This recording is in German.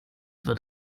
wird